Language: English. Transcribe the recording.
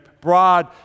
broad